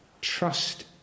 Trust